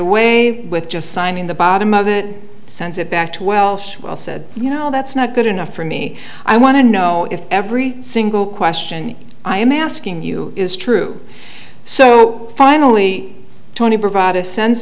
away with just signing the bottom of it sends it back to welsh well said you know that's not good enough for me i want to know if every single question i am asking you is true so finally tony provide a sense